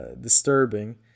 disturbing